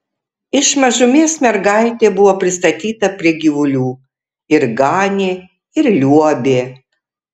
iš mažumės mergaitė buvo pristatyta prie gyvulių ir ganė ir liuobė